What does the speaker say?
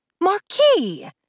Marquis